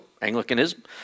Anglicanism